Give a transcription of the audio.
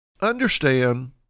understand